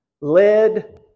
led